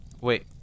Wait